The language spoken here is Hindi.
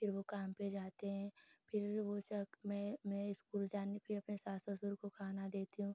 फिर वह काम पर जाते हैं फिर वह जग में में स्कूल जाने फिर अपने सास ससुर को खाना देती हूँ